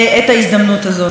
הציבור הישראלי,